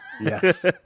Yes